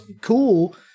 cool